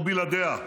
או בלעדיה.